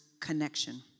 connection